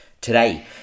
Today